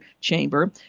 chamber